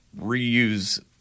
reuse